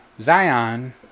Zion